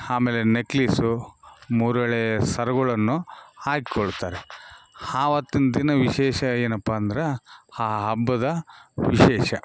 ಆಮೇಲೆ ನೆಕ್ಲೇಸು ಮೂರೆಳೆ ಸರಗಳನ್ನು ಹಾಕೊಳ್ತಾರೆ ಆವತ್ತಿನ್ ದಿನ ವಿಶೇಷ ಏನಪ್ಪಾ ಅಂದ್ರೆ ಆ ಹಬ್ಬದ ವಿಶೇಷ